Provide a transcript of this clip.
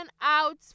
out